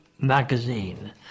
magazine